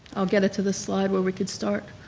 i'll get it to this slide where we could start.